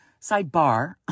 sidebar